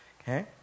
Okay